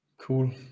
Cool